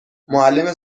معلم